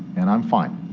and i'm fine.